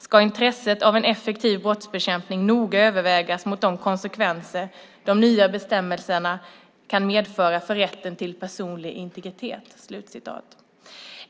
"ska intresset av en effektiv brottsbekämpning noga övervägas mot de konsekvenser de nya bestämmelserna kan medföra för rätten till personlig integritet".